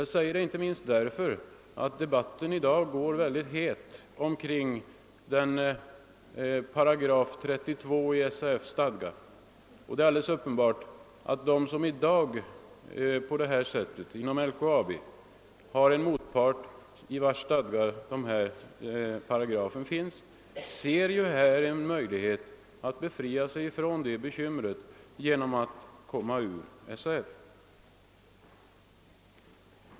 Detta säger jag inte minst av den anledningen att debatten i dag går het om 32 8 i SAF:s stadgar. Det är alldeles uppenbart att de som i dag har en motpart som har stadgar vari denna paragraf ingår ser en möj lighet att befria sig från det bekymret genom att utträda ur SAF.